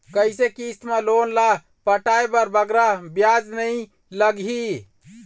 कइसे किस्त मा लोन ला पटाए बर बगरा ब्याज नहीं लगही?